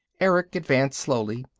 erick advanced slowly,